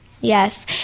Yes